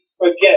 Forget